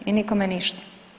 I nikome ništa.